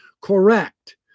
Correct